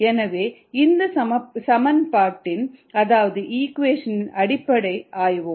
எனவே இந்த சமன்பாட்டின் அதாவது இக்வேஷனின் அடிப்படையை ஆய்வோம்